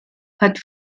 hat